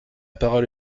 parole